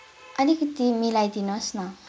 अलिकति मिलाइदिनु होस् न